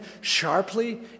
sharply